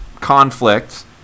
conflict